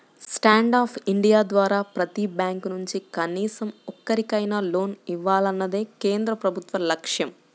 stand up India ద్వారా ప్రతి bank నుంచి కనీసం ఒక్కరికైనా లోన్ ఇవ్వాలన్నదే కేంద్ర ప్రభుత్వ లక్ష్యం